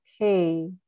okay